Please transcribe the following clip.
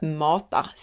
matar